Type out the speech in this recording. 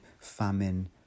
famine